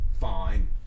Fine